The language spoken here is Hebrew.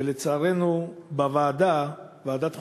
ולצערנו, בוועדה, ועדת החוקה,